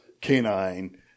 canine